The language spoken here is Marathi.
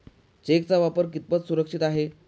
चेकचा वापर कितपत सुरक्षित आहे?